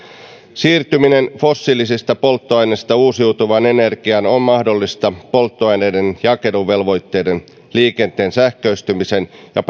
siirtyminen fossiilisista polttoaineista uusiutuvaan energiaan on mahdollista polttoaineiden jakeluvelvoitteiden liikenteen sähköistymisen ja